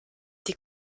die